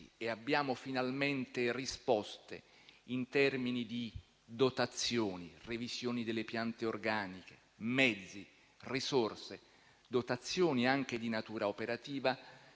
e abbiamo finalmente risposte in termini di dotazioni, revisioni delle piante organiche, mezzi, risorse e dotazioni anche di natura operativa,